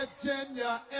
Virginia